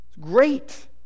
Great